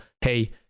hey